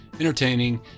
entertaining